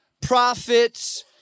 prophets